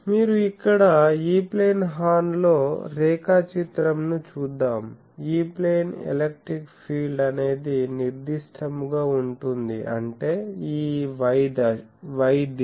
మీరు ఇక్కడ E plane horn లో రేఖా చిత్రం ను చూద్దాం E ప్లేన్ ఎలక్ట్రిక్ ఫీల్డ్ అనేది నిర్దిష్టము గా ఉంటుంది అంటే ఈ y దిశ